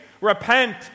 repent